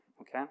okay